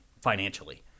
financially